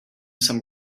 some